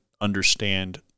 understand